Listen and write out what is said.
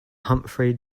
humphrey